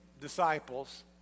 disciples